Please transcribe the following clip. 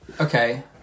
Okay